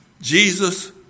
Jesus